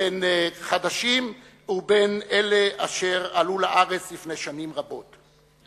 בין חדשים ובין אלה אשר עלו לארץ לפני שנים רבות.